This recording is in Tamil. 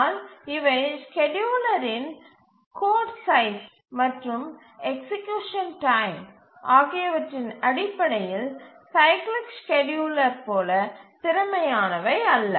ஆனால் இவை ஸ்கேட்யூலரின் கோடு சைஸ் மற்றும் எக்சீக்யூசன் டைம் ஆகியவற்றின் அடிப்படையில் சைக்கிளிக் ஸ்கேட்யூலர் போல திறமையானவை அல்ல